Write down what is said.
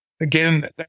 Again